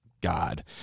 God